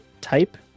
type